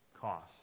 cost